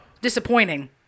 disappointing